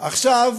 עכשיו